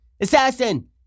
assassin